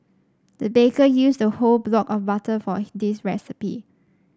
the baker used a whole block of butter for this recipe